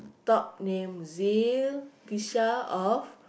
top name or